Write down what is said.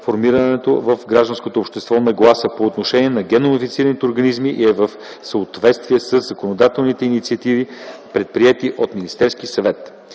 формирането в гражданското общество на нагласа по отношение на генномодифицираните организми и е в съответствие със законодателните инициативи, предприети от Министерския съвет.